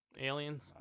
Aliens